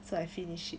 so I finished it